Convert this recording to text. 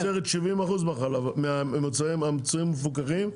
תנובה מייצרת 70% מהמוצרים המפוקחים,